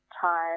time